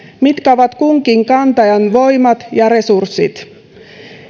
mitkä ovat kunkin kantajan voimat ja resurssit